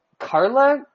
Carla